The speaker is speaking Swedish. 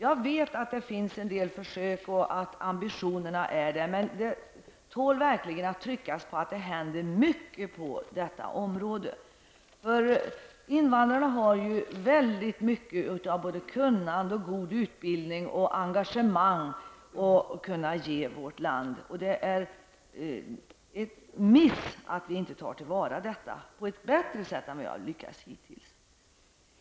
Jag vet att det gjorts försök och att ambitionerna finns där, men det tål att tryckas på att det måste hända mycket på detta område. Invandrarna har mycket av kunnande, god utbildning och engagemang som bör kunna ges åt vårt land. Det är en miss att inte ta till vara detta på ett bättre sätt än hittills.